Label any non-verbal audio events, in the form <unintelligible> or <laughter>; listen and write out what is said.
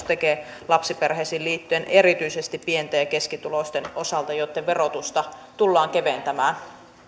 <unintelligible> tekee lapsiperheisiin liittyen erityisesti pieni ja keskituloisten osalta joitten verotusta tullaan keventämään